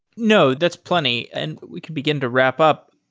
no. that's plenty, and we could begin to wrap up.